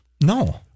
No